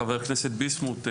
חבר הכנסת ביסמוט.